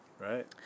Right